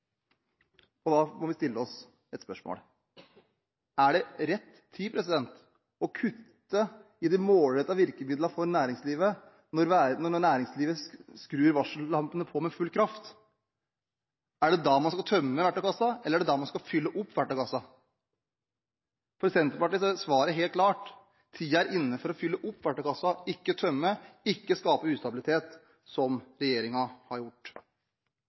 videre. Da må vi stille oss et spørsmål: Er dette rett tid å kutte i de målrettede virkemidlene for næringslivet når næringslivet skrur varsellampene på med full kraft? Er det da man skal tømme verktøykassen, eller er det da man skal fylle opp verktøykassen? For Senterpartiet er svaret helt klart: Tiden er inne for å fylle opp verktøykassen, ikke tømme den, ikke skape ustabilitet, slik som regjeringen har gjort.